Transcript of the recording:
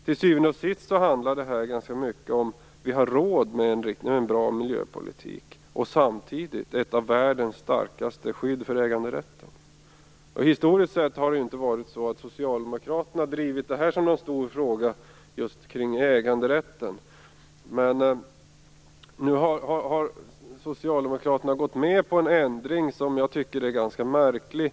Till syvende och sist handlar det ganska mycket om ifall vi har råd med en bra miljöpolitik och samtidigt ett av världens starkaste skydd av äganderätten. Historiskt sett har ju inte socialdemokraterna drivit just äganderätten som någon stor fråga. Men nu har socialdemokraterna gått med på en ändring som jag tycker är ganska märklig.